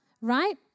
right